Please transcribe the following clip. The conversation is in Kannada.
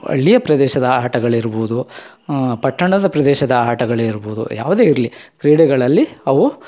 ಹಳ್ಳಿಯ ಪ್ರದೇಶದ ಆಟಗಳಿರ್ಬೌದು ಪಟ್ಟಣದ ಪ್ರದೇಶದ ಆಟಗಳಿರ್ಬೌದು ಯಾವುದೇ ಇರಲಿ ಕ್ರೀಡೆಗಳಲ್ಲಿ ಅವು